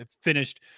finished